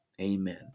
Amen